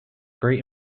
great